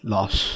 Loss